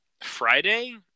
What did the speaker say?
Friday